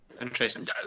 Interesting